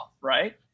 right